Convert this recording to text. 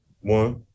one